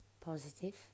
positive